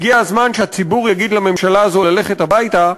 הגיע הזמן שהציבור יגיד לממשלה הזו ללכת הביתה,